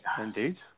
Indeed